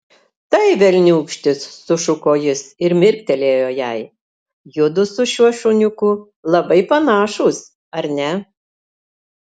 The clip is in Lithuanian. tai velniūkštis sušuko jis ir mirktelėjo jai judu su šiuo šuniuku labai panašūs ar ne